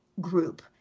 group